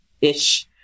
ish